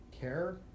care